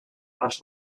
als